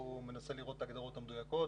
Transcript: אני מנסה לראות את ההגדרות המדויקות.